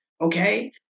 Okay